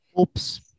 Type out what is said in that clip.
Oops